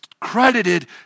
credited